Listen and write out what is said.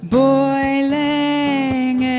boiling